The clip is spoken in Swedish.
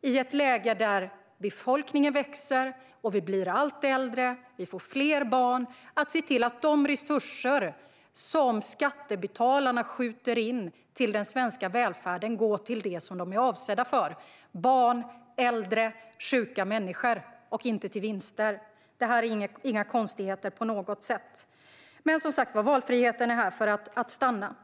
i ett läge där befolkningen växer, vi blir allt äldre och vi får fler barn, nämligen att man ska se till att de resurser som skattebetalarna skjuter in i den svenska välfärden går till det som de är avsedda för - barn, äldre och sjuka människor - och inte till vinster. Detta är inga konstigheter på något sätt. Men, som sagt var, valfriheten är här för att stanna.